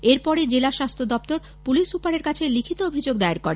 এরপরই জেলা স্বাস্থ্যদপ্তর পুলিশ সুপারের কাছে লিখিত অভিযোগ দায়ের করে